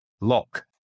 lock